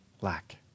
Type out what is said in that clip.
lack